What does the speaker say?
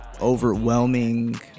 overwhelming